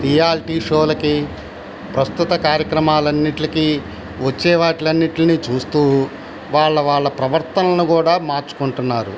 reality షోలకి ప్రస్తుత కార్యక్రమాలన్నిట్లికి వచ్చేవాట్లన్నిట్లినీ చూస్తూ వాళ్ళ వాళ్ళ ప్రవర్తనలను కూడా మార్చుకుంటున్నారు